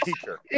teacher